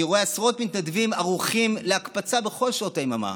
אני רואה עשרות מתנדבים ערוכים להקפצה בכל שעות היממה.